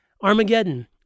Armageddon